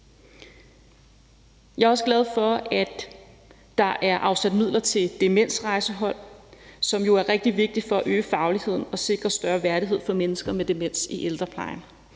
Jeg er også glad for, at der er afsat midler til et demensrejsehold, som jo er rigtig vigtigt for at øge fagligheden og sikre større værdighed for mennesker med demens i ældreplejen.